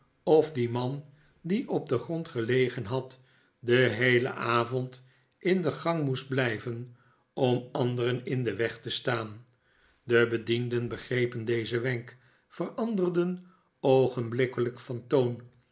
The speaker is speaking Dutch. of die man die op den grond gelegen had den heelen avond in de gang moest blijven om anderen in den weg te staan de bedienden begrepen dezen wenk veranderden oogenblikkelijk van toon